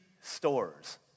stores